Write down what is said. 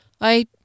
I